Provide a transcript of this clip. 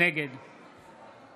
נגד